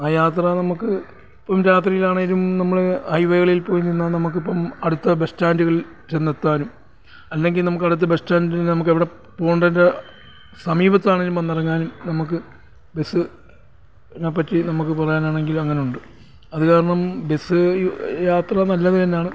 ആ യാത്ര നമുക്ക് ഇപ്പം രാത്രിയിൽ ആണെങ്കിലും നമ്മൾ ഹൈവേകളിൽപ്പോയി നിന്നാൽ നമുക്ക് ഇപ്പം അടുത്ത ബസ്റ്റാൻറ്റ്കളിൽ ചെന്നെത്താനും അല്ലെങ്കിൽ നമുക്ക് അവിടുത്തെ ബസ്റ്റാൻറ്റിൽ നമുക്ക് എവിടെ പോവേണ്ട് അതിൻ്റെ സമീപത്ത് ആണെങ്കിലും വന്നിറങ്ങാനും നമുക്ക് ബസ്സ്നേപ്പറ്റി നമുക്ക് പറയാനാണെങ്കിൽ അങ്ങനെ ഉണ്ട് അത് കാരണം ബസ്സ് യാത്ര നല്ലത് തന്നെയാണ്